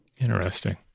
Interesting